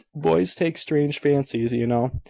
boys take strange fancies, you know.